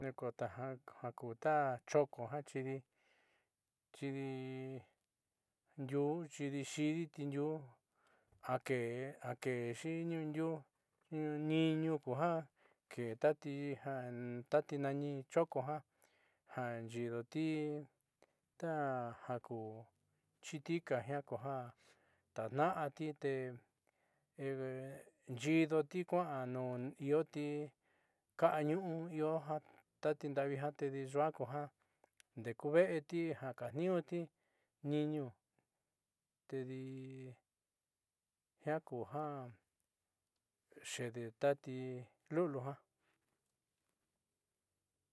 Nakotajan nakuta choko na chidii, chidii nduchi ni xhiditi nriu aque aque xhinini niú, xhin niño koja'a ketati jan, tati nani choko jan janyidoti, ta jakuu xhiti jajiako ján ndana tité xhidoti kuan nó ihoti kaño ihó jan tati nravii tati yu'ó kuanto jan, dekueti jakaniuti niño tedii ñakujan xhedii tati lulujan.